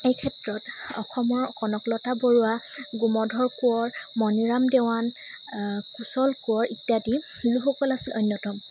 এই ক্ষেত্ৰত অসমৰ কনকলতা বৰুৱা গোমধৰ কোঁৱৰ মণিৰাম দেৱান কুশল কোঁৱৰ ইত্যাদি লোকসকল আছিল অন্যতম